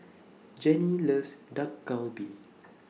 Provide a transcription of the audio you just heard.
Jennie loves Dak Galbi